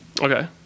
okay